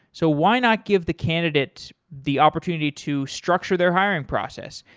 so why not give the candidates the opportunity to structure their hiring process?